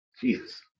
Jesus